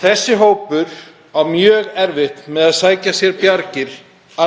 Þessi hópur á mjög erfitt með að sækja sér bjargir